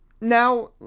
now